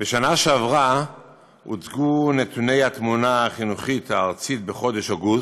בשנה שעברה הוצגו נתוני התמונה החינוכית הארצית בחודש אוגוסט,